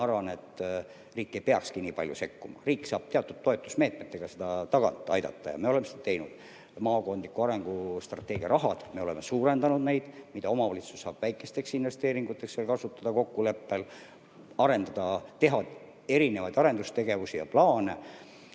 arvan, et riik ei peakski nii palju sekkuma, riik saab teatud toetusmeetmetega seda tagant aidata ja me oleme seda teinud. Maakondliku arengustrateegia raha me oleme suurendanud, mida omavalitsus saab kokkuleppel väikesteks investeeringuteks kasutada, teha erinevaid arendustegevusi ja plaane.